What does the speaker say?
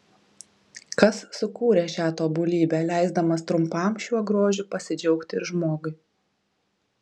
kas sukūrė šią tobulybę leisdamas trumpam šiuo grožiu pasidžiaugti ir žmogui